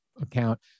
account